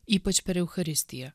ypač per eucharistiją